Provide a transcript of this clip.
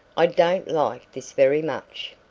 i don't like this very much.